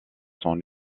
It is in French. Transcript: sont